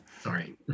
sorry